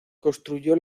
construyó